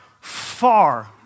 far